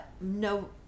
no